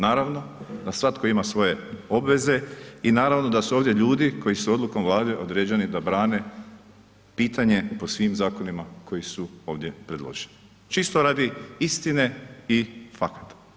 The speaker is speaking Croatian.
Naravno da svatko ima svoje obveze i naravno su ovdje ljudi koji su odlukom Vlade određeni da brane pitanje po svim zakonima koji su ovdje predloženi, čisto radi istine i fakta.